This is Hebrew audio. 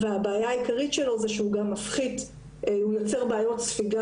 הבעיה העיקרית שלו היא שהוא גם יוצר בעיות ספיגה